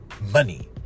money